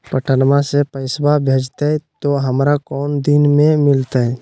पटनमा से पैसबा भेजते तो हमारा को दिन मे मिलते?